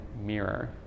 mirror